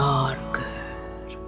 Darker